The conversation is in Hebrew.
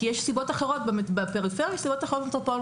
כי יש סיבות אחרות בפריפריה ויש סיבות אחרות במטרופולין.